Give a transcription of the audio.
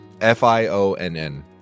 F-I-O-N-N